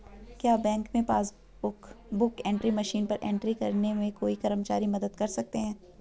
क्या बैंक में passbook book entry machine पर एंट्री करने में कोई कर्मचारी मदद कर सकते हैं?